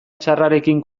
txarrekin